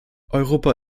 europa